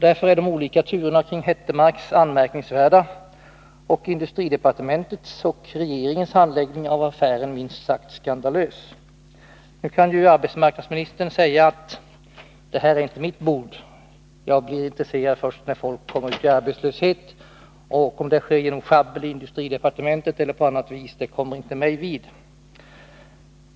Därför är de olika turerna kring Hettemarks anmärkningsvärda och industridepartementets och regeringens handläggning av affären minst sagt skandalös. Nu kan ju arbetsmarknadsministern säga: Det här är inte mitt bord. Jag blir intresserad först när folk kommer ut i arbetslöshet, och om det sker genom sjabbel i industridepartementet eller på annat vis kommer inte mig vid.